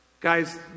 Guys